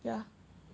ya